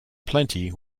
plenty